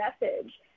message